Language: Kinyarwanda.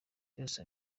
byose